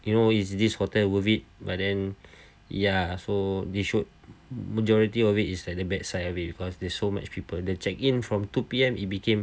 you know is this hotel worth it but then ya so they showed majority of it is at the bad side of it because there's so much people they check in from two P_M it became